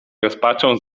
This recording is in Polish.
rozpaczą